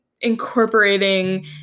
incorporating